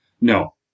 No